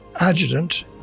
adjutant